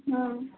হুম